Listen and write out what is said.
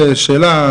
שאלה,